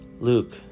Luke